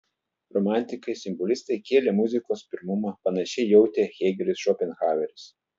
romantikai simbolistai kėlė muzikos pirmumą panašiai jautė hėgelis šopenhaueris